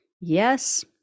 Yes